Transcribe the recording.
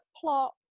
plot